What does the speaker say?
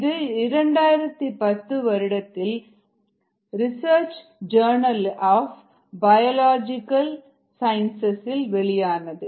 இது 2010 வருடத்தில் research journal of biological sciences இல் வெளியானது